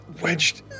wedged